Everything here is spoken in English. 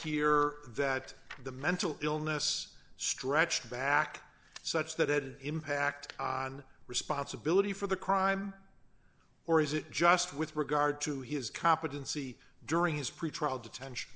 here that the mental illness stretched back such that it would impact on responsibility for the crime or is it just with regard to his competency during his pretrial detention